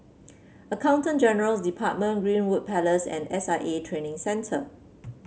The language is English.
Accountant General's Department Greenwood Place and S I A Training Centre